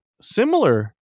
similar